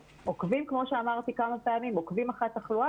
כמו שאמרתי כמה פעמים אנחנו עוקבים אחרי התחלואה